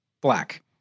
black